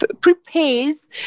Prepares